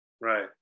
Right